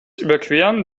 überqueren